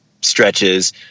stretches